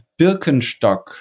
Birkenstock